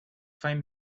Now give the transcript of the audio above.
fine